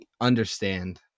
understand